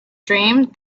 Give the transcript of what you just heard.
dream